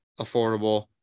affordable